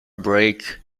break